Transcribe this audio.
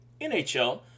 NHL